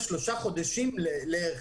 חודשים לערך,